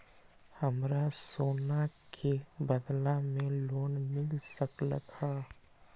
हमरा सोना के बदला में लोन मिल सकलक ह?